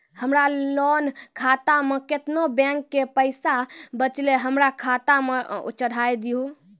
हमरा लोन खाता मे केतना बैंक के पैसा बचलै हमरा खाता मे चढ़ाय दिहो?